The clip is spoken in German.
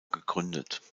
gegründet